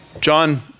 John